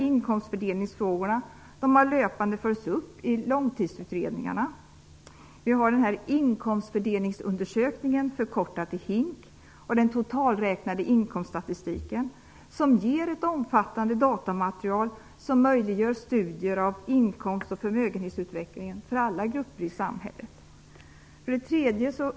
Inkomstfördelningsfrågorna har löpande följts upp i långtidsutredningarna. och den totalräknade inkomststatistiken ger ett omfattande datamaterial som möjliggör studier av inkomst och förmögenhetsutvecklingen för alla grupper i samhället. 3.